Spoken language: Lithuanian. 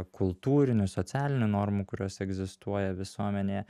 kultūrinių socialinių normų kurios egzistuoja visuomenėje